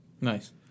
Nice